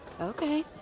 Okay